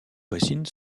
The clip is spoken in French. voisines